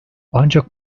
ancak